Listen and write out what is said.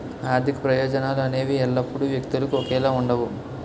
ఆర్థిక ప్రయోజనాలు అనేవి ఎల్లప్పుడూ వ్యక్తులకు ఒకేలా ఉండవు